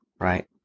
right